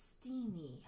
steamy